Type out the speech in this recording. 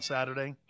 Saturday